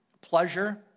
pleasure